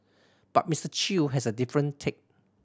but Mister Chew has a different take